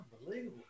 Unbelievable